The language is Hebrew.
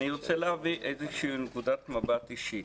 אני רוצה להביא איזושהי נקודת מבט אישית.